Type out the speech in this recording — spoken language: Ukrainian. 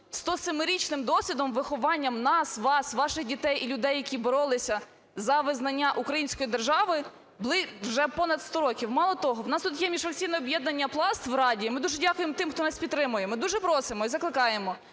стосемирічним досвідом виховання нас, вас, ваших дітей і людей, які боролися за визнання української держави, були вже понад 100 років. Мало того, в нас тут є міжфракційне об'єднання "Пласт" в Раді. Ми дуже дякуємо тим, хто нас підтримує. Ми дуже просимо і закликаємо